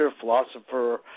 philosopher